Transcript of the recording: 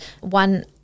One